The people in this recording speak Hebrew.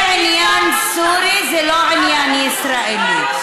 זה עניין סורי, זה לא עניין ישראלי.